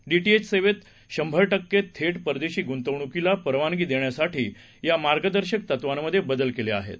डीटीएचसेवेतशंभरटक्केथेटपरदेशीगुंतवणुकीलापरवानगीदेण्यासाठीयामार्गदर्शकतत्वांमधेबदलकेलेआहेत